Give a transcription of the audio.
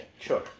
Sure